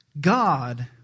God